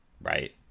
right